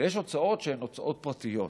ויש הוצאות שהן הוצאות פרטיות.